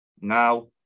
Now